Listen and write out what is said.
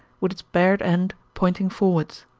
with its bared end pointing forwards.